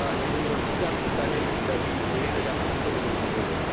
and we were obsessed with that image that we, we ended up putting it in the movie.